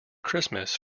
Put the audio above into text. christmas